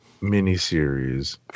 miniseries